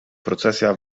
procesja